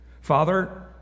Father